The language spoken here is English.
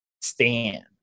stand